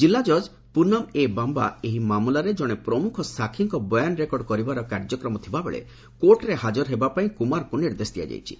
ଜିଲ୍ଲା କଜ୍ ପୁନମ୍ ଏ ବାମ୍ବା ଏହି ମାମଲାରେ ଜଣେ ପ୍ରମୁଖ ସାକ୍ଷୀଙ୍କ ବୟାନ ରେକର୍ଡ କରିବାର କାର୍ଯ୍ୟକ୍ରମ ଥିବା ବେଳେ କୋର୍ଟରେ ହାଜର ହେବା ପାଇଁ କୁମାରଙ୍କୁ ନିର୍ଦ୍ଦେଶ ଦିଆଯାଇଛି